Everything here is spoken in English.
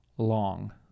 long